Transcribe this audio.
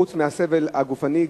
חוץ מהסבל הגופני,